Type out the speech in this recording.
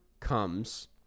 Comes